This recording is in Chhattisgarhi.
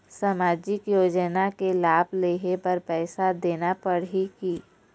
सामाजिक योजना के लाभ लेहे बर पैसा देना पड़ही की?